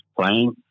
playing